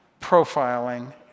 profiling